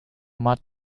much